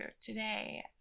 today